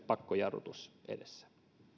pakkojarrutus edessä